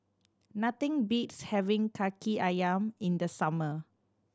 nothing beats having Kaki Ayam in the summer